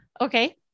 Okay